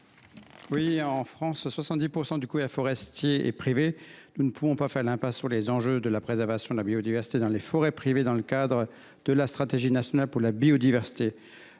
En France, 70 % du couvert forestier est privé. Nous ne pouvons pas faire l’impasse sur les enjeux de la préservation de la biodiversité dans les forêts privées dans le cadre de la stratégie nationale biodiversité